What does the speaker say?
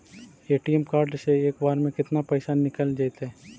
ATM card से एक बार में केतना पैसा निकल जइतै?